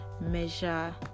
measure